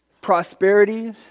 prosperity